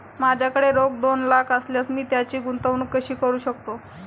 माझ्याकडे रोख दोन लाख असल्यास मी त्याची गुंतवणूक कशी करू शकतो?